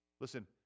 Listen